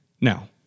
Now